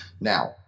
Now